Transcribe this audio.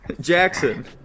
Jackson